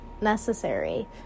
necessary